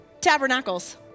Tabernacles